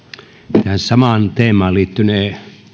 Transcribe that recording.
ja samaan teemaan liittynee